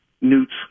Newt's